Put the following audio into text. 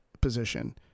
position